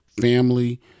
family